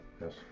Yes